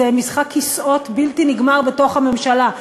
זה משחק כיסאות בלתי נגמר בתוך הממשלה: